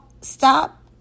stop